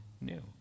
new